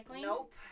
nope